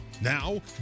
Now